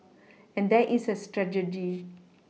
and there is a strategy